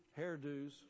hairdos